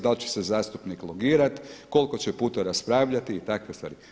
Da li će se zastupnik logirati, koliko će puta raspravljati i takve stvari.